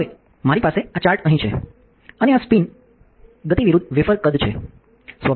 હવે હવે મારી પાસે આ ચાર્ટ અહીં છે અને આ સ્પિન ગતિ વિરુદ્ધ વેફર કદ છે